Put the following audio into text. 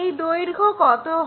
এই দৈর্ঘ্য কত হয়